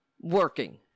working